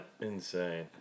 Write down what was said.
insane